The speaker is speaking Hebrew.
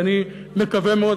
ואני מקווה מאוד,